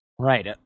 Right